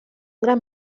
gran